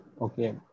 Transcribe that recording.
okay